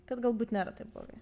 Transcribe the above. kad galbūt nėra taip blogai